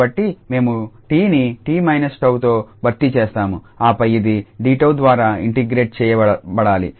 కాబట్టి మేము 𝑡ని 𝑡−𝜏తో భర్తీ చేసాము ఆపై ఇది 𝑑𝜏 ద్వారా ఇంటిగ్రేట్ చేయబడాలి